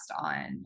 on